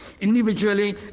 Individually